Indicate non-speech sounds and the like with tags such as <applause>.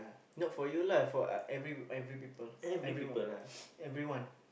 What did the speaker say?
not for you lah for uh every every people everyone <noise> everyone